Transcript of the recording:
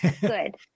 Good